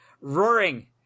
roaring